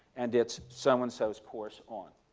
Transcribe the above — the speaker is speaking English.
and it's so and so's course on.